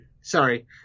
sorry